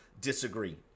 disagree